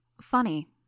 Funny